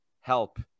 help